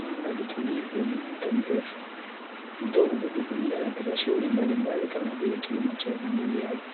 Mandhari tulivu yenye mto mrefu. Mto huu hutumika katika shughuli mbalimbali kama vile kilimo cha umwagiliaji.